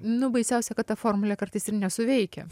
nu baisiausia kad ta formulė kartais ir nesuveikia